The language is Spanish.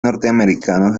norteamericano